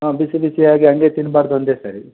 ಹಾಂ ಬಿಸಿ ಬಿಸಿಯಾಗಿ ಹಾಗೆ ತಿನ್ಬಾರ್ದು ಒಂದೇ ಸರಿ